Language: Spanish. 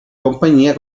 compañía